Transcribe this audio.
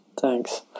thanks